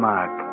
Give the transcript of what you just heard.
Mark